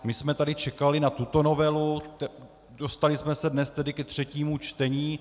My jsme tady čekali na tuto novelu, dostali jsme se dnes ke třetímu čtení.